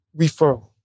referral